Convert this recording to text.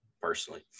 Personally